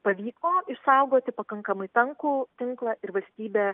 pavyko išsaugoti pakankamai tankų tinklą ir valstybė